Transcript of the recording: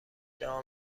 ادعا